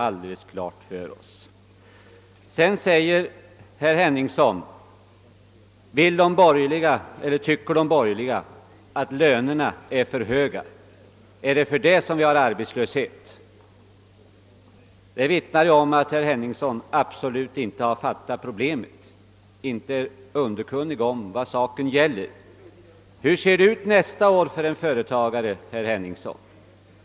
Vidare menar herr Henningsson att de borgerliga anser att arbetslösheten beror på att lönerna är för höga. Detta vittnar om att herr Henningsson absolut inte fattat problemet och inte är underkunnig om vad saken gäller. Hurudan är situationen för en företagare nästa år, herr Henningsson?